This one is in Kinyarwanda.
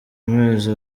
amezi